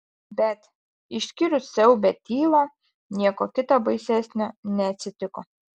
bet išskyrus siaubią tylą nieko kita baisesnio neatsitiko